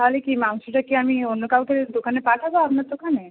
তাহলে কি মাংসটা কি আমি অন্য কাউকে দোকানে পাঠাবো আপনার দোকানে